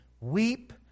weep